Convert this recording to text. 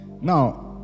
Now